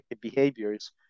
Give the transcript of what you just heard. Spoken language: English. behaviors